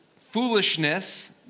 foolishness